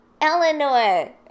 Eleanor